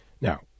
Now